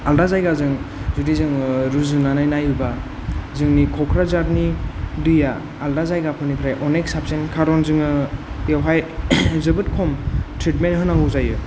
आलदा जायगाजों जुदि जोङो रुजुनानै नायोबा जोंनि कक्राझारनि दैया आलादा जायगाफोरनिफ्राय अनेख साबसिन मानोना जोङो बेयावहाय जोबोद खम ट्रेटमेन्ट होनांगौ जायो